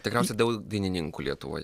tikriausiai daug dainininkų lietuvoje